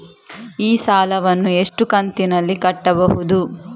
ಈ ಸಾಲವನ್ನು ಎಷ್ಟು ಕಂತಿನಲ್ಲಿ ಕಟ್ಟಬಹುದು?